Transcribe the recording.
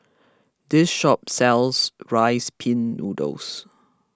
this shop sells Rice Pin Noodles